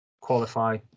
qualify